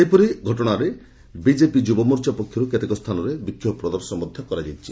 ସେହିପରି ଏହି ଘଟଶାରେ ବିଜେପି ଯୁବମୋର୍ଚ୍ଚା ପକ୍ଷରୁ କେତେକ ସ୍ରାନରେ ବିକ୍ଷୋଭ ପ୍ରଦର୍ଶନ କରାଯାଇଛି